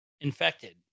infected